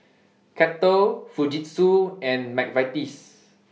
Kettle Fujitsu and Mcvitie's